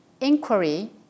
inquiry